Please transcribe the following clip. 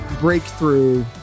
breakthrough